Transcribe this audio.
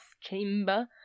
chamber